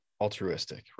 altruistic